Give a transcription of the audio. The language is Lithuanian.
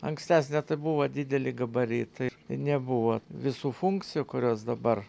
ankstesnę tai buvo didelė gabaritai ir nebuvo visų funkcijų kurios dabar